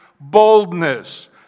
boldness